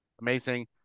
amazing